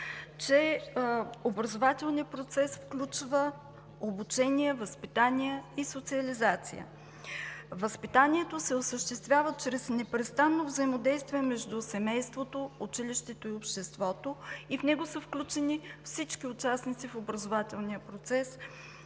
че „Образователният процес включва обучение, възпитание и социализация“. Възпитанието се осъществява чрез непрестанно взаимодействие между семейството, училището и обществото и в него са включени всички участници в образователния процес